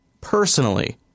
personally